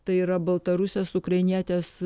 tai yra baltarusės ukrainietės